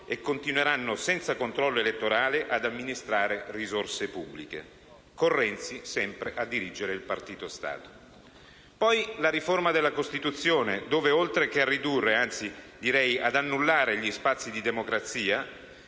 e continueranno senza controllo elettorale ad amministrare risorse pubbliche, con Renzi sempre a dirigere il partito-Stato. Vi è poi stata la riforma della Costituzione, nella quale, oltre a ridurre - anzi, direi annullare - gli spazi di democrazia,